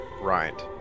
rind